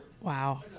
Wow